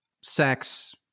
sex